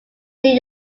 new